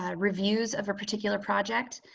ah reviews of a particular project.